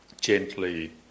gently